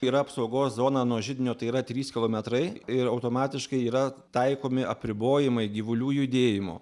yra apsaugos zona nuo židinio tai yra trys kilometrai ir automatiškai yra taikomi apribojimai gyvulių judėjimo